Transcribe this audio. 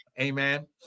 amen